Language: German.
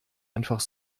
einfach